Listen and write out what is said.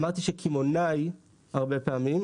אמרתי שקמעונאי הרבה פעמים,